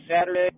Saturday